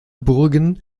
burgen